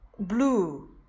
blue